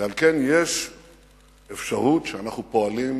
ועל כן, יש אפשרות שאנחנו פועלים